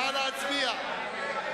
נא להצביע.